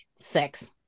Six